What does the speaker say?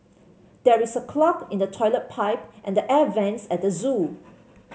there is a clog in the toilet pipe and the air vents at the zoo